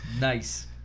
Nice